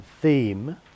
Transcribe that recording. theme